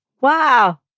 Wow